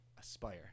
Aspire